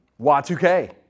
Y2K